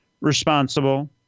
responsible